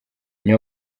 nywa